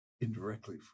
indirectly